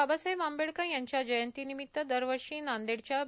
बाबासाहेब आंबेडकर यांच्या जयंती निमित्त दरवर्षी नांदेडच्या डॉ